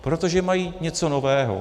Protože mají něco nového.